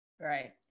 right